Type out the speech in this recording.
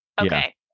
Okay